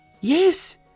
Yes